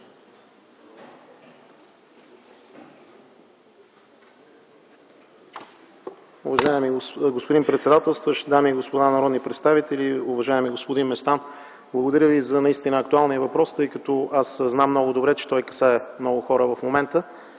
Благодаря ви за наистина актуалния въпрос, защото знам много добре, че касае много хора в момента.